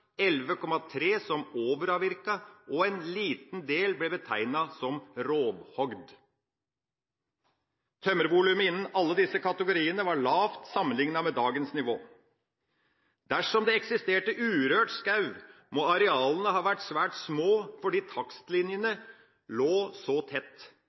11,3 pst. som overavvirket, og en liten del ble betegnet som rovhogd. Tømmervolumet innen alle disse kategoriene var lavt sammenliknet med dagens nivå. Dersom det eksisterte urørt skog, må arealene ha vært svært små fordi takstlinjene lå så tett.